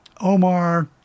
Omar